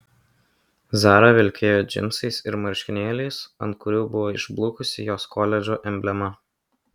zara vilkėjo džinsais ir marškinėliais ant kurių buvo išblukusi jos koledžo emblema